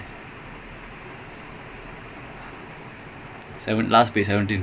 ya I don't know what they doing lah which part which page are you at